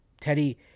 Teddy